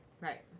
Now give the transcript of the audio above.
Right